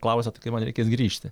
klausia tai kaip man reikės grįžti